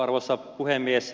arvoisa puhemies